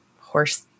horse